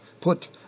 put